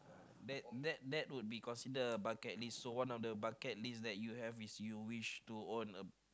then that that would be considered a bucket list so one of your bucket list that you have is you wish to own a